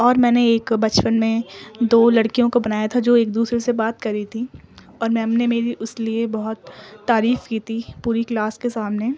اور میں نے ایک بچپن میں دو لڑکیوں کو بنایا تھا جو ایک دوسرے سے بات کر رہی تھیں اور میم نے میری اس لیے بہت تعریف کی تھی پوری کلاس کے سامنے